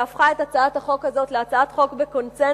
שהפכה את הצעת החוק הזו להצעת חוק בקונסנזוס,